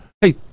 Hey